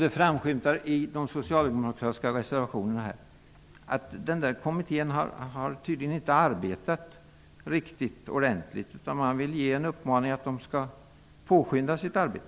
Det framskymtar i de socialdemokratiska reservationerna att den komittén tydligen inte arbetat riktigt ordentligt. Man vill ge kommittén en uppmaning att påskynda sitt arbete.